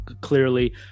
clearly